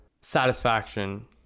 satisfaction